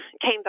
came